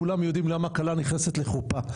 כולם יודעים למה כלה נכנסת לחופה,